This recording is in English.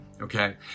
okay